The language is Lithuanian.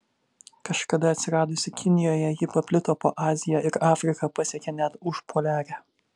kažkada atsiradusi kinijoje ji paplito po aziją ir afriką pasiekė net užpoliarę